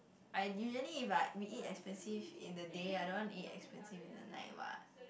I usually if like we eat expensive in the day I don't want to eat expensive in the night what